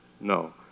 No